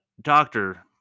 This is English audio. doctor